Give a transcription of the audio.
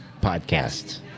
Podcast